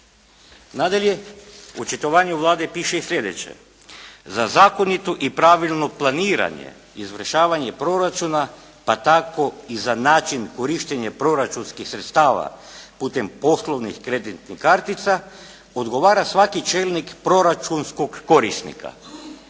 Nadalje, u očitovanju Vlade piše i slijedeće. Za zakonito i pravilno planiranje izvršavanje proračuna pa tako i za način korištenja proračunskih sredstava putem poslovnih kreditnih kartica odgovara svaki čelnik proračunskog korisnika,